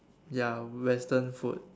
ya Western food